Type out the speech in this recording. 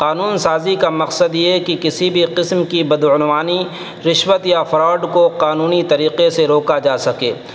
قانون سازی کا مقصد یہ ہے کہ کسی بھی قسم کی بدعنوانی رشوت یا فراڈ کو قانونی طریقے سے روکا جا سکے